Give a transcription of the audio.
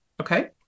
Okay